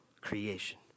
creation